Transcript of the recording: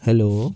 hello